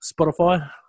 Spotify